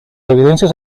evidencias